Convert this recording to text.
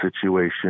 situation